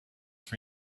for